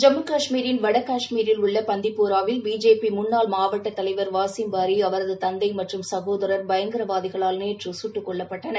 ஜம்மு காஷ்மீரில் வட காஷ்மீரில் உள்ள பண்டிபோராவில் பிஜேபி முன்னாள் மாவட்ட தலைவர் வாசிம் பாரி அவரது தந்தை மற்றும் சகோதரர் பண்டிபோராவில் பயங்கரவாதிகளால் நேற்று கட்டுக் கொல்லப்பட்டனர்